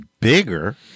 bigger